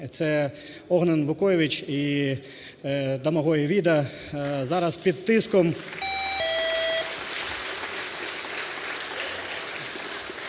це Огнєн Вукоєвич і Домагой Віда, зараз під тиском…